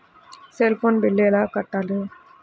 Cell phone bill ఎలా కట్టారు?